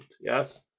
yes